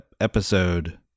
episode